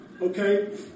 Okay